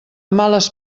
males